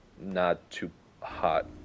not-too-hot